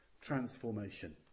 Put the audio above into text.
transformation